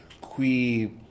qui